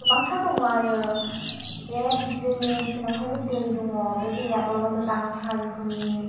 गोबांथार दङ आरो बे जोंनि ओनसोलावहाय बे दै दङ बे दैयाबो मोजांथार रोखोमनि